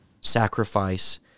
sacrifice